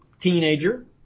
teenager